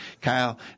Kyle